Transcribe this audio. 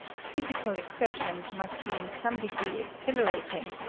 physical exertion must be in some degree exhilarating,